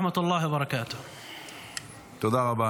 תודה רבה.